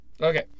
Okay